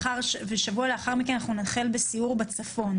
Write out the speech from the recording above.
ושבוע לאחר מכן אנחנו נחל בסיור בצפון.